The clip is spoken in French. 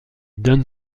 donne